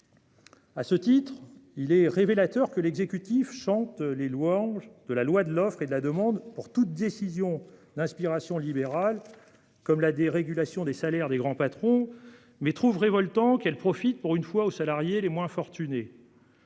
À ce titre, il est révélateur que, alors que l'exécutif chante les louanges de la loi de l'offre et de la demande pour toute décision d'inspiration libérale, comme la dérégulation des salaires des grands patrons, il trouve dans le même temps révoltant qu'elle profite, pour une fois, aux salariés les moins fortunés.